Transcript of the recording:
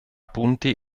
punti